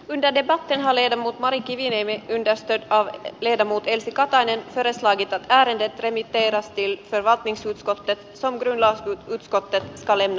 linden eva halinen mari kiviniemi yhdestä idea lehden muut elsi katainen edes vaadita väärenne demi pelasti värvättiin syyte koskee tamperelaiset jotka pekkalin